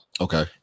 Okay